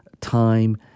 time